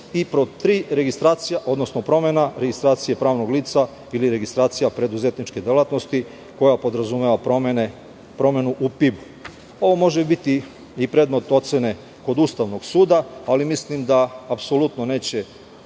i pod tri, registracija, odnosno promena registracije pravnog lica ili registracija preduzetničke delatnosti koja podrazumeva promenu u PIBOvo može biti i predmet ocene kod ustavnog suda, ali mislim da neće